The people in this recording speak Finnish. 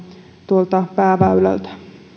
tuolta pääväylältä